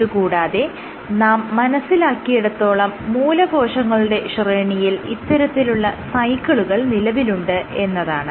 ഇത് കൂടാതെ നാം മനസ്സിലാക്കിയിടത്തോളം മൂലകോശങ്ങളുടെ ശ്രേണിയിൽ ഇത്തരത്തിലുള്ള സൈക്കിളുകൾ നിലവിലുണ്ട് എന്നതാണ്